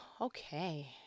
okay